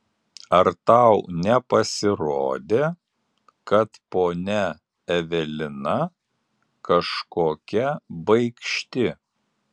ar tau nepasirodė kad ponia evelina kažkokia baikšti